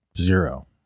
Zero